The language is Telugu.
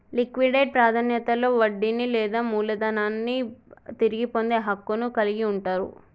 లిక్విడేట్ ప్రాధాన్యతలో వడ్డీని లేదా మూలధనాన్ని తిరిగి పొందే హక్కును కలిగి ఉంటరు